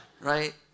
right